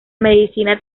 medicina